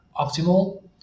optimal